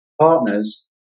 partners